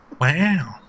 Wow